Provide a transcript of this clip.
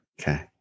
Okay